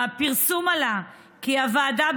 מהפרסום עלה כי הוועדה,